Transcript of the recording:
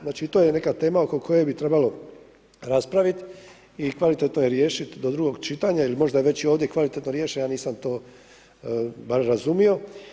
Znači, to je neka tema oko koje bi trebalo raspraviti i kvalitetno je riješiti do drugog čitanja ili možda je i ovdje kvalitetno riješena, ja nisam to baš razumio.